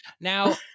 now